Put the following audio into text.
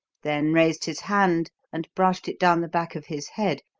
then raised his hand and brushed it down the back of his head,